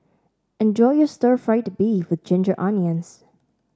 enjoy your Stir Fried Beef with Ginger Onions